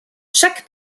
chaque